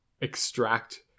extract